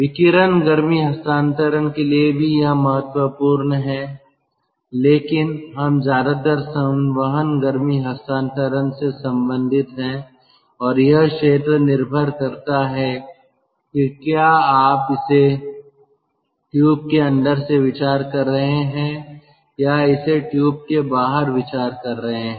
विकिरण गर्मी हस्तांतरण के लिए भी यह महत्वपूर्ण है लेकिन हम ज्यादातर संवहन गर्मी हस्तांतरण से संबंधित हैं और यह क्षेत्र निर्भर करता है कि क्या आप इसे ट्यूब के अंदर से विचार कर रहे हैं या इसे ट्यूब के बाहर विचार कर रहे हैं